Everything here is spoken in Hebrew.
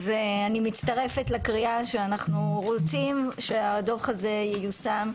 אז אני מצטרפת לקריאה שאנחנו רוצים שהדוח הזה ייושם.